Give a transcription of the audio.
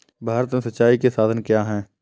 भारत में सिंचाई के साधन क्या है?